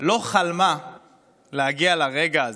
לא חלם להגיע לרגע הזה,